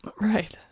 Right